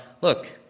look